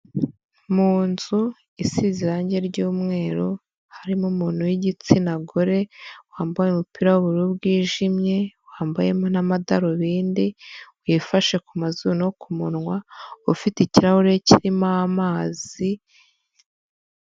Mu nzu isize irange ry'umweru harimo umuntu w'igitsina gore wambaye umupira w'ubururu bwijimye, wambayemo n'amadarubindi wifashe ku mazuru no ku munwa ufite ikirahure kirimo amazi.